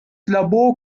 labor